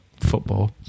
football